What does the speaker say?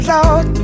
Lord